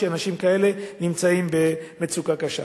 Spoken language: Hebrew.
שאנשים כאלה נמצאים במצוקה קשה.